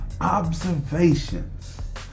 observations